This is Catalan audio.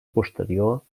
posterior